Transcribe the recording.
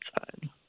outside